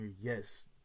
yes